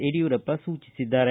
ಯಡಿಯೂರಪ್ಪ ಸೂಚಿಸಿದ್ದಾರೆ